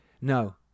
no